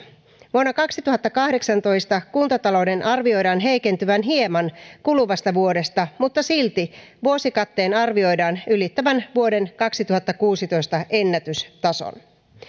vuonna kaksituhattakahdeksantoista kuntatalouden arvioidaan heikentyvän hieman kuluvasta vuodesta mutta silti vuosikatteen arvioidaan ylittävän vuoden kaksituhattakuusitoista ennätystason